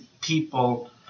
people